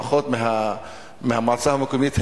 לפחות מהמועצה המקומית,